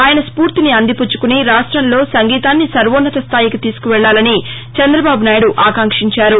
ఆయన స్పూర్తిని అందిపుచ్చుకొని రాష్టంలో సంగీతాన్ని సర్వోన్నత స్దాయికి తీసుకెళ్లాలని చంద్రబాబునాయుడు ఆకాంక్షించారు